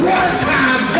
one-time